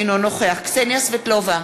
אינו נוכח קסניה סבטלובה,